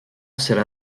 serà